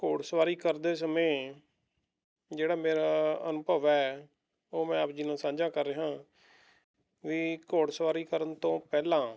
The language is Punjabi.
ਘੋੜ ਸਵਾਰੀ ਕਰਦੇ ਸਮੇਂ ਜਿਹੜਾ ਮੇਰਾ ਅਨੁਭਵ ਹੈ ਉਹ ਮੈਂ ਆਪ ਜੀ ਨਾਲ ਸਾਂਝਾ ਕਰ ਰਿਹਾਂ ਵੀ ਘੋੜ ਸਵਾਰੀ ਕਰਨ ਤੋਂ ਪਹਿਲਾਂ